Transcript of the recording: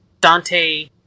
Dante